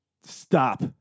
Stop